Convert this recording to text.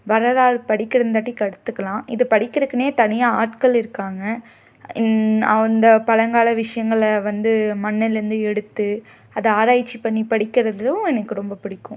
வரலாறு படிக்கிறதுங்காட்டி கற்றுக்கலாம் இது படிக்கிறக்குன்னே தனியாக ஆட்கள் இருக்காங்க அந்த பழங்கால விஷயங்கள வந்து மண்ணுலேருந்து எடுத்து அதை ஆராய்ச்சி பண்ணி படிக்கிறதும் எனக்கு ரொம்ப பிடிக்கும்